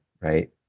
right